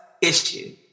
issue